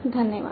धन्यवाद